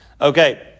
Okay